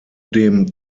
dem